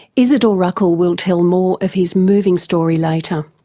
izidor ruckel will tell more of his moving story later.